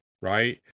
right